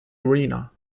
arena